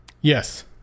yes